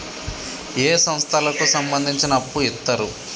ఏ సంస్థలకు సంబంధించి అప్పు ఇత్తరు?